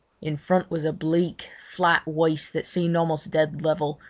in front was a bleak, flat waste that seemed almost dead level,